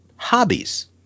Hobbies